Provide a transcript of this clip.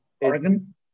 Oregon